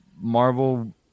Marvel